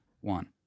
one